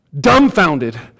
dumbfounded